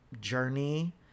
journey